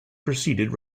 proceeded